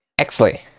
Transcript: Exley